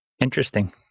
Interesting